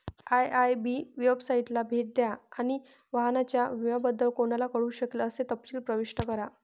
IIB वेबसाइटला भेट द्या आणि वाहनाच्या विम्याबद्दल कोणाला कळू शकेल असे तपशील प्रविष्ट करा